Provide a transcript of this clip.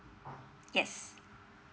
yes